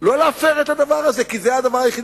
לא להפר את הדבר הזה, כי זה הדבר היחיד